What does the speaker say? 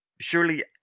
surely